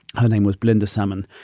her name was belinda salmon.